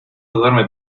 duerme